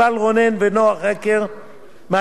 מהלשכה המשפטית של משרד האוצר,